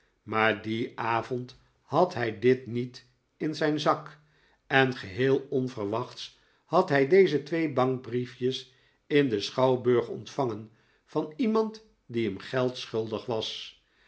maar dien avond had hi dit niet in zijn zak en geheel onverwachts had hij deze twee bankbriefjes in den schouwburg pntvangen van iemand die hem geld schuldig was